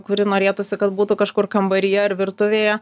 kuri norėtųsi kad būtų kažkur kambaryje ar virtuvėje